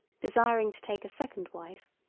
desiring to take a second wife,